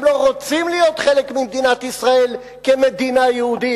הם לא רוצים להיות חלק ממדינת ישראל כמדינה יהודית.